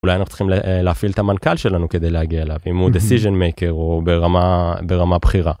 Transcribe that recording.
אולי אנחנו צריכים להפעיל את המנכ״ל שלנו כדי להגיע אם הוא decision maker הוא ברמה ברמה בחירה.